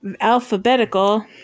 Alphabetical